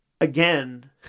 again